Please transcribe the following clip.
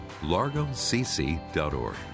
largocc.org